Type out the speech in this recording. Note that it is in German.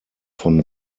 von